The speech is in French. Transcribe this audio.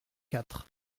quatre